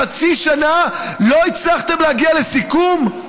חצי שנה לא הצלחתם להגיע לסיכום.